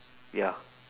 ya